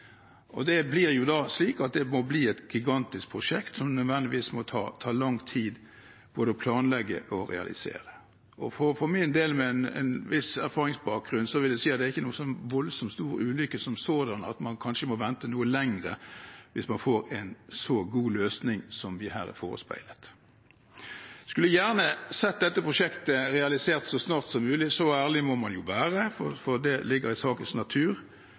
Det blir et gigantisk prosjekt som nødvendigvis må ta lang tid både å planlegge og å realisere. Og for min del, med en viss erfaringsbakgrunn, vil jeg si at det ikke er en så voldsomt stor ulykke at man kanskje må vente noe lenger, hvis man får en så god løsning som den vi her er forespeilet. Jeg skulle gjerne sett dette prosjektet realisert så snart som mulig. Så ærlig må man jo være, for det ligger i sakens natur,